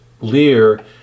Lear